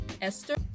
Esther